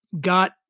got